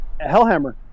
Hellhammer